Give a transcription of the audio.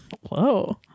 whoa